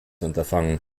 unterfangen